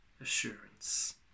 assurance